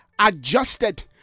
adjusted